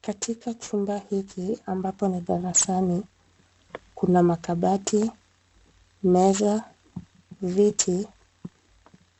Katika chumba hiki, ambapo ni darasani, kuna makabati, meza, viti,